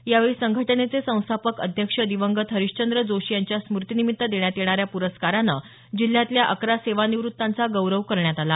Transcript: यावेळी संघटनेचे संस्थापक अध्यक्ष दिवंगत हरीश्चंद्र जोशी यांच्या स्मृतीनिमित्त देण्यात येणाऱ्या प्रस्कारानं जिल्ह्यातल्या अकरा सेवा निवृत्तांचा गौरव करण्यात आला